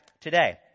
today